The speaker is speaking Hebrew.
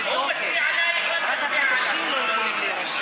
הוא מצביע עלייך ואת מצביעה עליו.